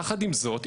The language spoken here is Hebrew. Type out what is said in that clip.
יחד עם זאת,